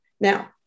Now